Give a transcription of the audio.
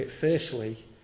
firstly